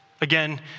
Again